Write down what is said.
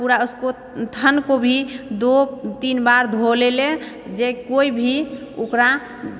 पूरा उसको थन को भी दो तीन बार धो लै ला जे कोई भी ओकरा